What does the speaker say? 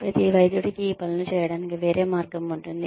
ప్రతి వైద్యుడికి ఈ పనులు చేయడానికి వేరే మార్గం ఉంటుంది